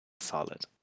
Solid